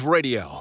Radio